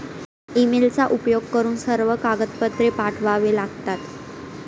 ईमेलचा उपयोग करून सर्व कागदपत्रे पाठवावे लागतात